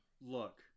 Look